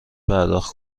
پرداخت